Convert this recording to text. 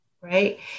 right